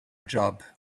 job